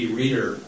reader